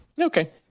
Okay